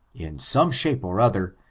in some shape or other,